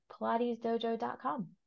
pilatesdojo.com